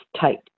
tight